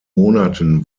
monaten